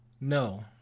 No